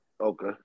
Okay